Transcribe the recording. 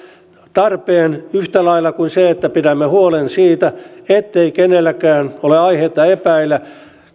tarpeen yhtä lailla kuin se että pidämme huolen siitä ettei kenelläkään ole aihetta epäillä